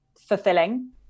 fulfilling